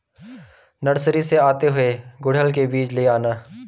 nursery से आते हुए गुड़हल के बीज ले आना